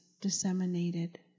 disseminated